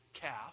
calf